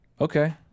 Okay